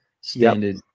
standard